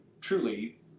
truly